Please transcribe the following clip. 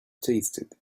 tasted